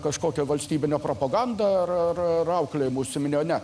kažkokia valstybinė propaganda ar ar auklėjimu užsiiminėjo ne